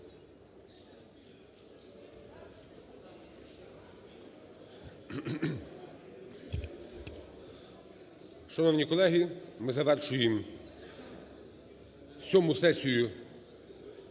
Шановні колеги, ми завершуємо сьому сесію